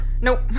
Nope